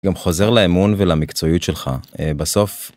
גם חוזר לאמון ולמקצועיות שלך, בסוף.